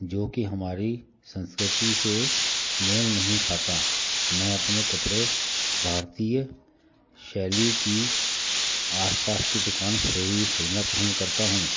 जो कि हमारी संस्कृति से मेल नहीं खाता मैं अपने कपड़े भारतीय शैली की आसपास के दुकानों से ही खरीदना पसंद करता हूँ